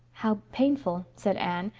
how painful! said anne,